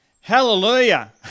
Hallelujah